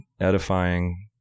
edifying